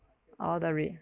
oh the re~